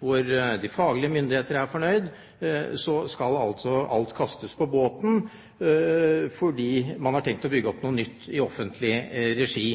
hvor de faglige myndigheter er fornøyde, skal altså alt kastes på båten fordi man har tenkt å bygge opp noe nytt i offentlig regi.